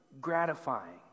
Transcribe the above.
gratifying